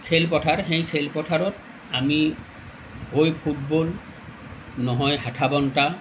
খেল পথাৰ সেই খেল পথাৰত আমি হয় ফুটবল নহয় হাঠাবন্তা